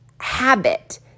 habit